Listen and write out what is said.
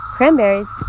Cranberries